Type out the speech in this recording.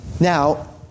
Now